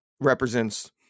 represents